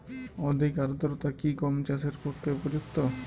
অধিক আর্দ্রতা কি গম চাষের পক্ষে উপযুক্ত?